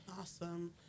Awesome